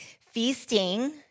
Feasting